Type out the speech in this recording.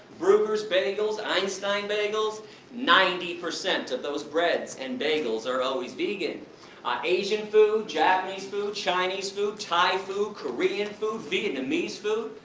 breugger's bagels, einstein bagels ninety percent of those breads and bagels are always vegan. our asian food, japanese food, chinese food, thai food, korean food, vietnamese food,